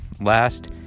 Last